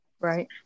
Right